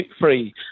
free